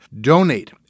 Donate